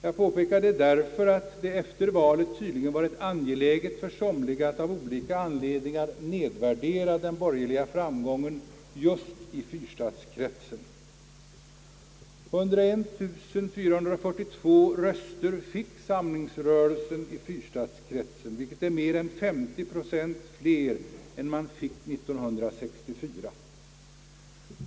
Detta påpekar jag därför att det efter valet tydligen varit angeläget för somliga att av olika anledningar nedvärdera den borgerliga framgången just i fyrstadskretsen. 101442 röster fick samlingsrörelsen i fyrstadskretsen, vilket är mer än 50 procent fler än man fick år 1964.